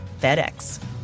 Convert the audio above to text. FedEx